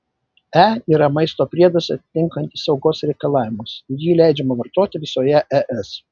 e yra maisto priedas atitinkantis saugos reikalavimus ir jį leidžiama vartoti visoje es